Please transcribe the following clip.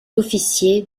officier